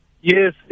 Yes